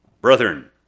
Brethren